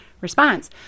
response